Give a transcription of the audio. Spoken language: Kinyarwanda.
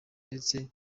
ndetse